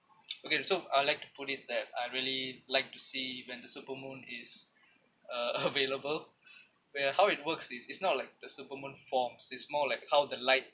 okay so I like to put it that I really like to see when the super moon is uh available where how it works is it's not like the super moon forms is more like how the light